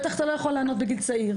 בטח אתה לא יכול לענות בגיל צעיר.